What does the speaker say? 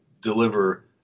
deliver